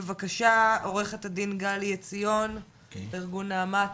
בבקשה עו"ד גלי עציון ארגון נעמ"ת.